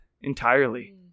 entirely